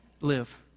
live